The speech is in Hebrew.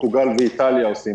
פורטוגל ואיטליה עושות,